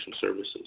services